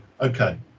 okay